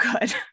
good